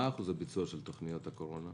מה שיעור הביצוע של תוכניות הקורונה,